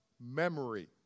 memory